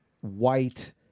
White